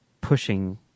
pushing